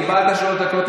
קיבלת שלוש דקות,